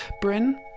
Bryn